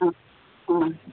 ହଁ ହଁ